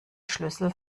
schlüssel